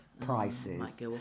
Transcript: prices